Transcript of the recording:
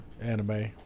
anime